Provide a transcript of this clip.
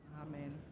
Amen